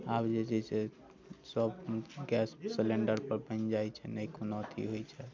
आब जे छै से सभ गैस सिलिंडर पर बनि जाइत छै नहि कोनो अथि होइत छै